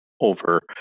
over